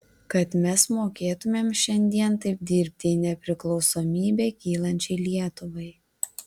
kad mes mokėtumėm šiandien taip dirbti į nepriklausomybę kylančiai lietuvai